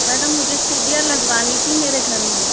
madam मुझे सीढ़ियाँ लगावानी थी मेरे घर में